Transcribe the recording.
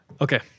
Okay